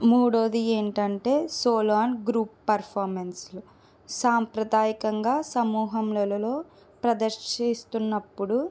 మూడోది ఏంటంటే solo and group పెర్ఫామెన్స్లు సాంప్రదాయకంగా సమూహాములలో ప్రదర్శిస్తున్నప్పుడు